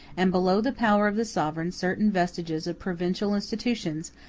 and below the power of the sovereign certain vestiges of provincial institutions,